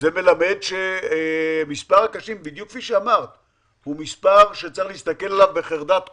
זה מלמד על כך שמספר החולים קשה הוא מספר שצריך להסתכל עליו בחרדת קודש.